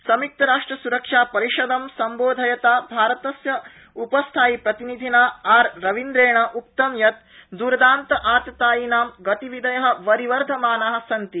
संय्क्तराष्ट्रस्रक्षापरिषदं संबोधयता भारतस्य उपस्थायीप्रतिनिधिना आर रविन्द्रेण उक्तं यत् दर्दान्त आततायिनां गतिविधय वरिवर्धमाना सन्ति